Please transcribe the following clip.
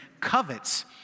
covets